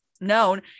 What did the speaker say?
known